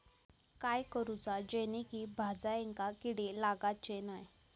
काय करूचा जेणेकी भाजायेंका किडे लागाचे नाय?